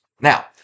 Now